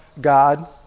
God